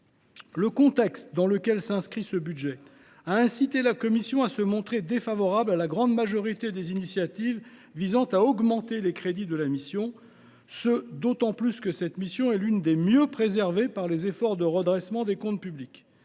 Le contexte dans lequel s’inscrit ce budget a incité la commission à se montrer défavorable à la grande majorité des initiatives visant à augmenter les crédits de la mission, d’autant plus qu’il s’agit de l’une des missions les mieux préservées par les efforts de redressement des comptes publics.